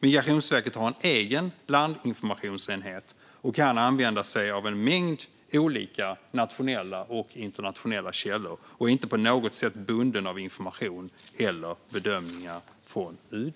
Migrationsverket har en egen landinformationsenhet och kan använda sig av en mängd olika nationella och internationella källor och är inte på något sätt bunden av information eller bedömningar från UD.